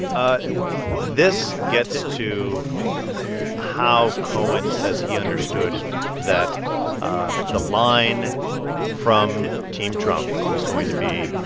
ah this gets to how cohen says he understood that ah the line from team trump was going to be,